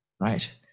right